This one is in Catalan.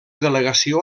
delegació